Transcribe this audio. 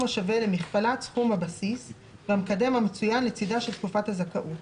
השווה למכפלת סכום הבסיס והמקדם המצוין לצדה של תקופת הזכאות: